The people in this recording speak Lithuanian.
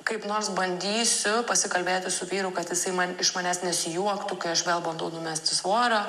kaip nors bandysiu pasikalbėti su vyru kad jisai man iš manęs nesijuoktų kai aš vėl bandau numesti svorio